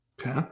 okay